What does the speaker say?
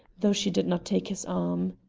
though she did not take his arm.